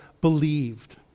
Believed